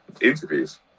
interviews